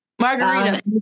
Margarita